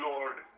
Lord